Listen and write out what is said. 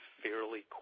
fairly